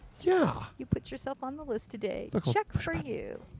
yeah. you put yourself on the list today. ah check for you.